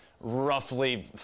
roughly